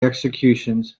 executions